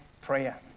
prayer